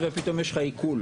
דווקא על הרשויות מול האזרחים.